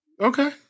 Okay